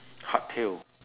hardtail